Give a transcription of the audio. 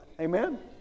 amen